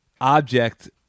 object